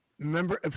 Remember